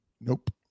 Nope